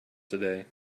today